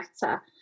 better